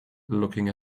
looking